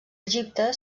egipte